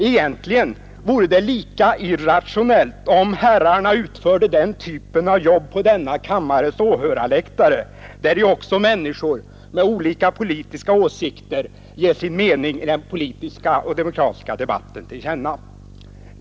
Egentligen vore det lika irrationellt om herrarna utförde den typen av jobb på åhörarläktaren i denna kammare, där ju också människor med olika politiska åsikter ger sin mening i den politiska och demokratiska debatten till känna.